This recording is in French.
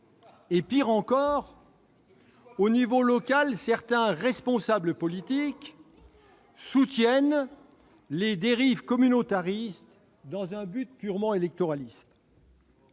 ? Pire encore, au niveau local, certains responsables politiques soutiennent les dérives communautaristes dans un but purement électoraliste.